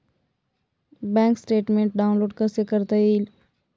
Bank statement download कसे करता येईल?